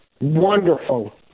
wonderful